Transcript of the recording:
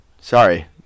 sorry